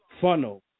funnel